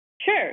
Sure